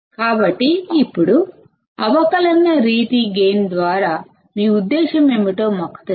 కాబట్టి ఇప్పుడు అవకలన రీతి గైన్ అంటే మీ ఉద్దేశ్యం ఏమిటో మాకు తెలుసు